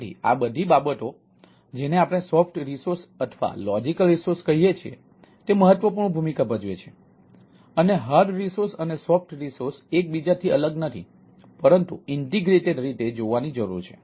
તેથી આ બધી બાબતો જેને આપણે સોફ્ટ રિસોર્સ રીતે જોવાની જરૂર છે